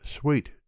sweet